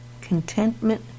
contentment